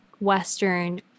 Western